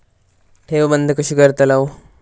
ठेव बंद कशी करतलव?